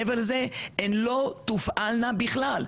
מעבר לזה הן לא תופעלנה בכלל.